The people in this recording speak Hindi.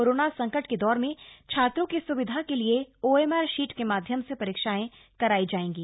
कोरोना संकट के दौर में छात्रों की सुविधा के लिए ओएम र शीट के माध्यम से परीक्षाएं कराई जाएंगी